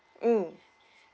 mm